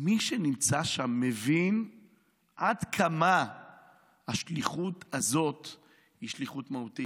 מי שנמצא שם מבין עד כמה השליחות הזאת היא שליחות מהותית.